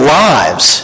lives